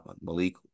Malik